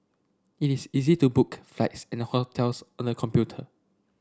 it is easy to book flights and a hotels on the computer